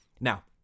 Now